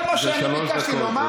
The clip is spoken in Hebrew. כל מה שאני ביקשתי לומר, לא, לא.